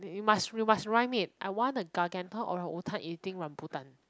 you must you must rhyme it I want a gargantuan orangutan eating rambutan